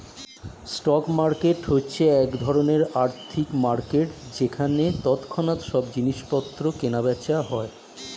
stock market হচ্ছে এক ধরণের আর্থিক মার্কেট যেখানে তৎক্ষণাৎ সব জিনিসপত্র কেনা বেচা হয়